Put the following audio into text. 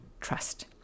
trust